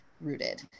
rooted